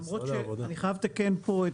למרות שאני חייב לתקן פה,